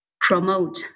promote